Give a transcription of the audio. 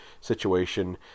situation